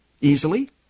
easily